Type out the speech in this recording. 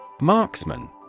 Marksman